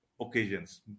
occasions